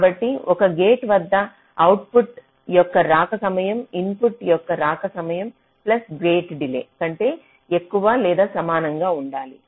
కాబట్టి ఒక గేట్ వద్ద అవుట్పుట్ యొక్క రాక సమయం ఇన్పుట్ యొక్క రాక సమయం ప్లస్ గేట్ డిలే కంటే ఎక్కువ లేదా సమానంగా ఉండాలి